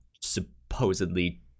supposedly